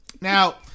Now